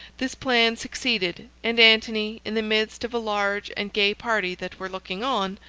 this plan succeeded, and antony, in the midst of a large and gay party that were looking on,